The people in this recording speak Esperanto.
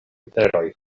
literoj